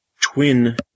twin